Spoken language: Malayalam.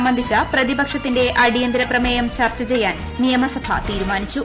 സംബന്ധിച്ച പ്രതിപക്ഷത്തിന്റെ അടിയന്തര പ്രമേയം ചർച്ച ചെയ്യാൻ നിയമസഭ തീരുമാനിച്ചു